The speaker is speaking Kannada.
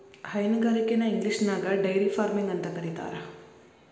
ಹೈನುಗಾರಿಕೆನ ಇಂಗ್ಲಿಷ್ನ್ಯಾಗ ಡೈರಿ ಫಾರ್ಮಿಂಗ ಅಂತ ಕರೇತಾರ